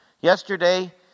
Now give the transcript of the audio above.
yesterday